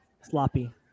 Sloppy